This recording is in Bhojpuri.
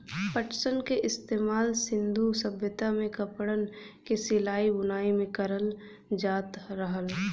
पटसन क इस्तेमाल सिन्धु सभ्यता में कपड़न क सिलाई बुनाई में करल जात रहल